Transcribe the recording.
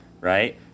right